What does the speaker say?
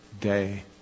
day